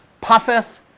puffeth